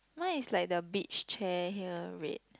mine is like the beach chair here red